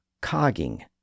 cogging